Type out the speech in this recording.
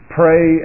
pray